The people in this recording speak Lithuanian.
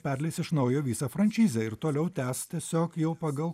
perleis iš naujo visą frančizę ir toliau tęs tiesiog jau pagal